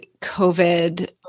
COVID